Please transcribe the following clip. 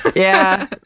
yeah.